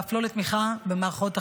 ואף לא לתמיכה במערכות החינוך.